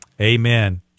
Amen